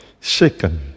Second